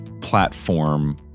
platform